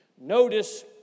Notice